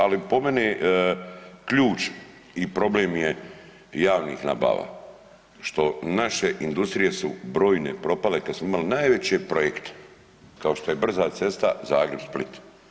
Ali po meni ključ i problem je javnih nabava što naše industrije su brojne propale kad smo imali najveće projekte kao što je brza cesta Zagreb – Split.